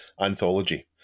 anthology